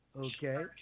Okay